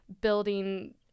building